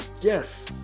yes